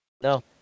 No